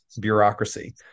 bureaucracy